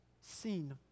seen